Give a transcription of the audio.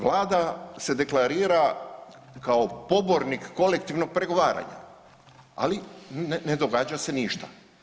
Vlada se deklarira kao pobornik kolektivnog pregovaranja, ali ne događa se ništa.